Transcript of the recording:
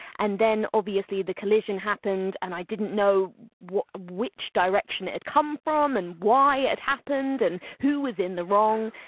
and then obviously the collision happened and i didn't know which direction it had come from and why it happened and who was in the wrong,